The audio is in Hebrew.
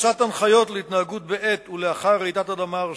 הפצת הנחיות להתנהגות בעת ולאחר רעידת אדמה הרסנית,